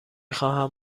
خواهم